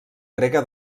grega